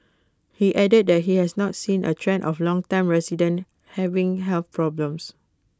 he added that he has not seen A trend of longtime residents having health problems